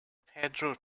pedro